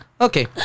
Okay